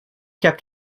kept